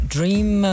Dream